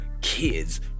kids